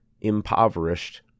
impoverished